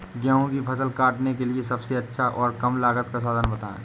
गेहूँ की फसल काटने के लिए सबसे अच्छा और कम लागत का साधन बताएं?